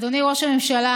אדוני ראש הממשלה,